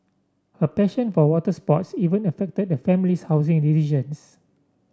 her passion for water sports even affected the family's housing decisions